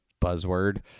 buzzword